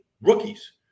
rookies